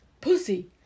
Pussy